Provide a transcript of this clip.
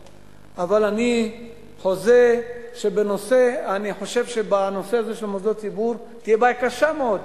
אני חושב שבנושא הזה של מוסדות חינוך תהיה בעיה קשה מאוד.